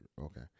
Okay